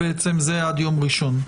זה עד יום ראשון.